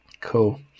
Cool